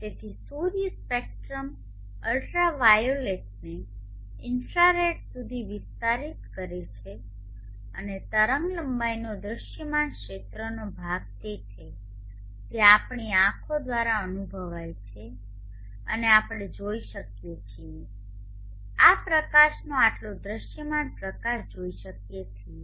તેથી સૂર્ય સ્પેક્ટ્રમ અલ્ટ્રાવાયોલેટને ઇન્ફ્રારેડ સુધી વિસ્તરિત કરે છે અને તરંગલંબાઇનો દૃશ્યમાન ક્ષેત્રનો ભાગ તે છે જે આપણી આંખો દ્વારા અનુભવાય છે અને આપણે જોઈ શકીએ છીએ આ પ્રકાશને આટલો દૃશ્યમાન પ્રકાશ જોઈ શકીએ છીએ